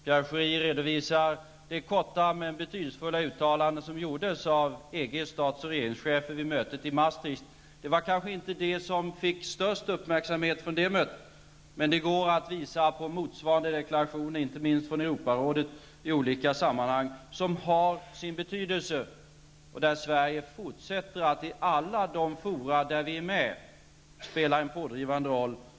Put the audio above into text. Pierre Schori redovisar det korta men betydelsefulla uttalande som gjordes av EG:s statsoch regeringschefer vid mötet i Maastricht. Det var kanske inte detta som fick störst uppmärksamhet vid detta möte, men det går att visa på motsvarande deklarationer, inte minst från Europarådet i olika sammanhang, som har sin betydelse, och där Sverige fortsätter att i alla de fora där vi är med spela en pådrivande roll.